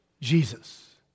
Jesus